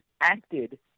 acted